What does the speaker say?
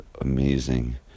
amazing